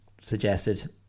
suggested